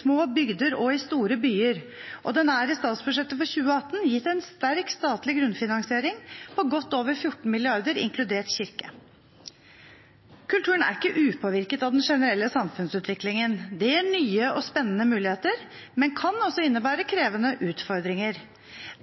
små bygder og i store byer, og den er i statsbudsjettet for 2018 gitt en sterk statlig grunnfinansiering på godt over 14 mrd. kr, inkludert Kirken. Kulturen er ikke upåvirket av den generelle samfunnsutviklingen. Det gir nye og spennende muligheter, men kan også innebære krevende utfordringer.